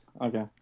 Okay